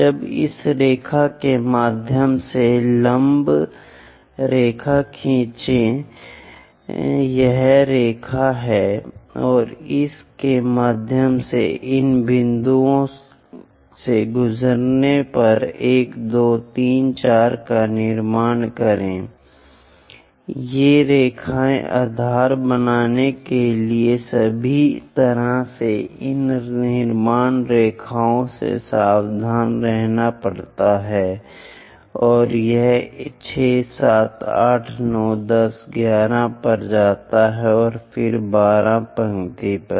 अब इस रेखा के माध्यम से लंब रेखा खींचें यह रेखा है और इसके माध्यम से इन बिंदुओं से गुजरने पर 1 2 3 4 का निर्माण होता है ये रेखाएँ आधार बनाने के लिए सभी तरह से इन निर्माण लाइनों से सावधान रहना पड़ता है और यह 6 7 8 9 11 पर जाता है और फिर 12 पंक्तियाँ